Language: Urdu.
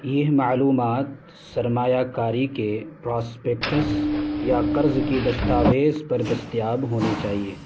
یہ معلومات سرمایہ کاری کے پراسپیکٹس یا قرض کی دستاویز پر دستیاب ہونی چاہیے